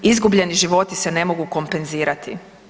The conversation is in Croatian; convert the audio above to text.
Izgubljeni životi se ne mogu kompenzirati.